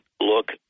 look